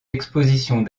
expositions